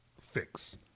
fix